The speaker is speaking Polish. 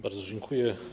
Bardzo dziękuję.